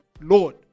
Lord